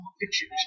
pictures